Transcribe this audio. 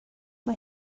mae